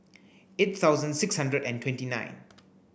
eight thousand six hundred and twenty nine